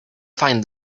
find